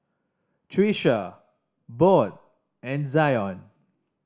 Tricia Bode and Zion